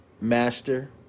Master